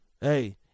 Hey